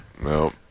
Nope